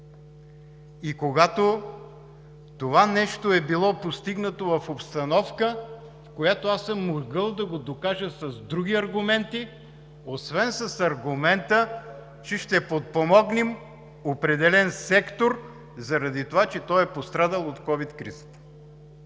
и когато това нещо е било постигнато в обстановка, която аз съм могъл да го докажа с други аргументи, освен с аргумента, че ще подпомогнем определен сектор, заради това, че той е пострадал от COVID кризата.